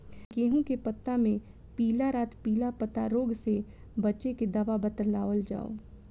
गेहूँ के पता मे पिला रातपिला पतारोग से बचें के दवा बतावल जाव?